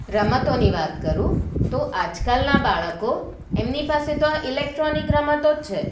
રમતોની વાત કરું તો આજકાલનાં બાળકો એમની પાસે તો આ ઇલેક્ટ્રોનિક રમતો જ છે